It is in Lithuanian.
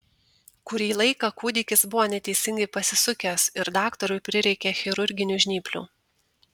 kurį laiką kūdikis buvo neteisingai pasisukęs ir daktarui prireikė chirurginių žnyplių